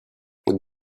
with